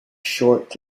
short